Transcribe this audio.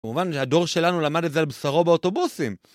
כמובן שהדור שלנו למד את זה על בשרו באוטובוסים